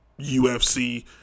UFC